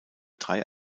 drei